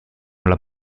alla